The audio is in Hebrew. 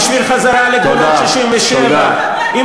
בשביל חזרה לגבולות 67'. אתה